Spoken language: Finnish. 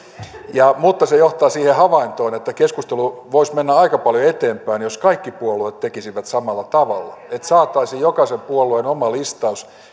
mutta se johtaa siihen havaintoon että keskustelu voisi mennä aika paljon eteenpäin jos kaikki puolueet tekisivät samalla tavalla jos saataisiin jokaisen puolueen oma listaus siitä